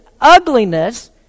ugliness